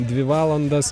dvi valandas